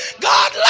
God